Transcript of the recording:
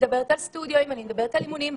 על הסטודיואים, על אימונים.